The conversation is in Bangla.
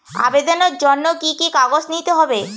আবেদনের জন্য কি কি কাগজ নিতে হবে?